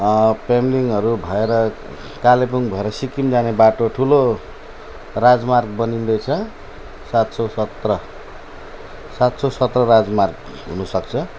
पेम्लिङहरू भएर कालेबुङ भएर सिक्किम जाने बाटो ठुलो राजमार्ग बनिँदैछ सात सौ सत्र सात सौ सत्र राजमार्ग हुनसक्छ